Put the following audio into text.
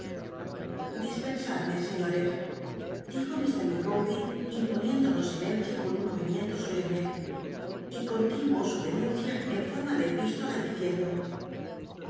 dispcnsadme seiíores dijo mr micawber imponiéndonos silencio con un mo imiento solemne y continuó su denuncia en forma de epístola diciendo